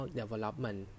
development